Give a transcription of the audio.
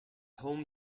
home